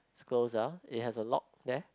it's close ah it has a lock there